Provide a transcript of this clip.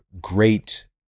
great